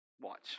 Watch